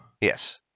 Yes